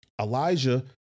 Elijah